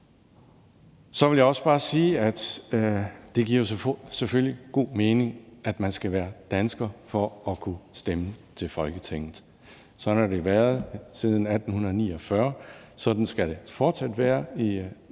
Så vil jeg også bare sige, at det selvfølgelig giver god mening, at man skal være dansker for at kunne stemme til Folketinget. Sådan har det været siden 1849, sådan skal det fortsat være i